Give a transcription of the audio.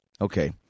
Okay